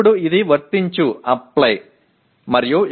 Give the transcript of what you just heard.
இப்போது இது பயன்பாடு